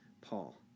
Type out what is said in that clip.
Paul